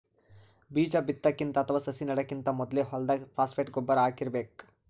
ಬೀಜಾ ಬಿತ್ತಕ್ಕಿಂತ ಅಥವಾ ಸಸಿ ನೆಡಕ್ಕಿಂತ್ ಮೊದ್ಲೇ ಹೊಲ್ದಾಗ ಫಾಸ್ಫೇಟ್ ಗೊಬ್ಬರ್ ಹಾಕಿರ್ಬೇಕ್